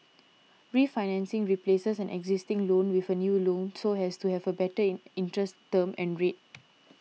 refinancing replaces an existing loan with a new loan so as to have a better interest term and rate